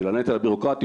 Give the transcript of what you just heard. של הנטל הבירוקרטי,